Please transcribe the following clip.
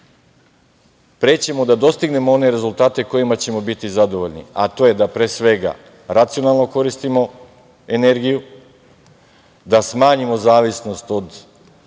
pre ćemo da dostignemo one rezultate kojima ćemo biti zadovoljni, a to je da, pre svega, racionalno koristimo energiju, da smanjimo zavisnost od